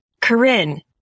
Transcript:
Corinne